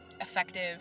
effective